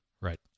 Right